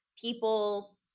people